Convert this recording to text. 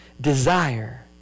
desire